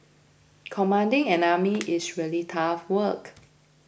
commanding an army is really tough work